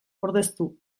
ordeztu